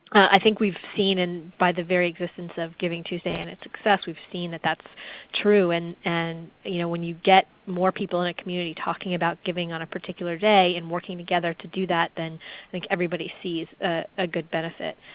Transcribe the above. i think we've seen and by the very existence of givingtuesday and it's success we've seen that that's true. and and you know when you get more people in a community talking about giving on a particular day, and working together to do that, then i think everybody sees a good benefit.